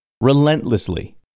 Relentlessly